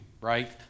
Right